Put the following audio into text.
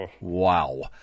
Wow